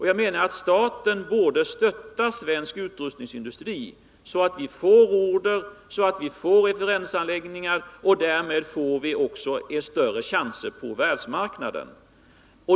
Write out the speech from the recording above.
Jag menar att staten borde stötta svensk utrustningsindustri så att vi får order, referensanläggningar och därmed större chanser på världsmarknaden.